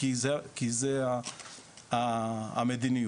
כי זו המדיניות.